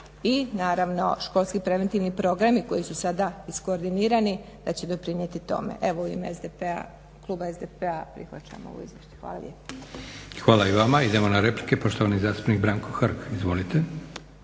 i naravno školski preventivni programi koji su sada iskoordinirani da će pridonijeti tome. U ime kluba SDP-a prihvaćam ovo izvješće. Hvala lijepo. **Leko, Josip (SDP)** Hvala i vama. Idemo na replike. Poštovani zastupnik Branko Hrg. Izvolite.